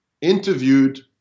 interviewed